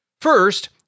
First